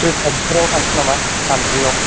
थ्रिस थारिकसोआव थांसै नामा थामजियाव